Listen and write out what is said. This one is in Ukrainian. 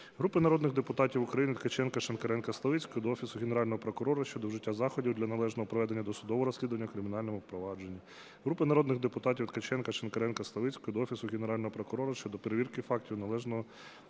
Групи народних депутатів України (Ткаченка, Шинкаренка, Славицької) до Офісу Генерального прокурора щодо вжиття заходів для належного проведення досудового розслідування у кримінальному провадженні. Групи народних депутатів (Ткаченка, Шинкаренка, Славицької) до Офісу Генерального прокурора щодо перевірки фактів неналежного